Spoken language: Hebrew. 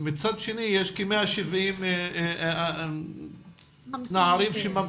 מצד שני יש כ-170 נערים שממתינים.